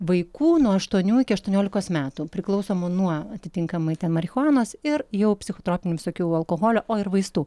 vaikų nuo aštuonių iki aštuoniolikos metų priklausomų nuo atitinkamai ten marihuanos ir jau psichotropinių visokių alkoholio o ir vaistų